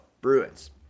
bruins